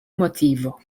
motivo